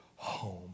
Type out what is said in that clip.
Home